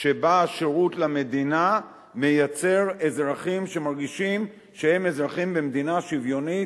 שבה שירות למדינה מייצר אזרחים שמרגישים שהם אזרחים במדינה שוויונית,